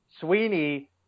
Sweeney